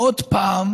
עוד פעם